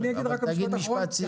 תגיד משפט סיום.